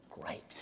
great